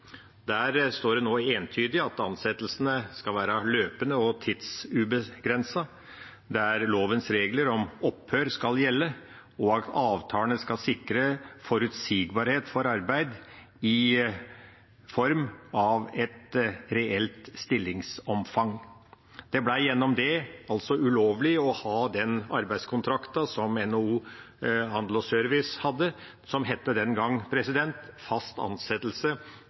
Der står det nå entydig at ansettelsene skal være løpende og tidsubegrenset, at lovens regler om opphør skal gjelde, og at avtalene skal sikre forutsigbarhet for arbeid i form av et reelt stillingsomfang. Det ble gjennom det ulovlig å ha den arbeidskontrakten som NHO Service og Handel hadde, som ble kalt fast ansettelse